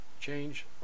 Change